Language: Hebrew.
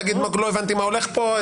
לא הבנתי מה הולך פה.